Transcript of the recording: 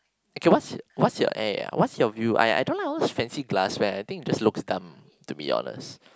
okay what's what's your air what's your view I I don't like all those fancy glassware I think it just looks dumb to be honest